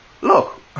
look